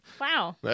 Wow